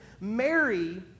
Mary